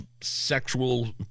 sexual